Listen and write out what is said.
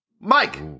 Mike